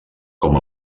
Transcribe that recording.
com